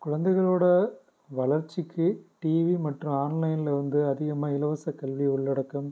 குழந்தைகளோட வளர்ச்சிக்கு டிவி மற்றும் ஆன்லைனில் வந்து அதிகமாக இலவச கல்வி உள்ளடக்கம்